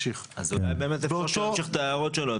אולי באמת כדאי שהוא ימשיך את ההערות שלו,